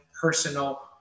personal